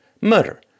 murder